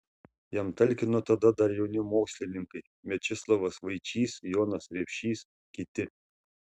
jam talkino tada dar jauni mokslininkai mečislovas vaičys jonas repšys kiti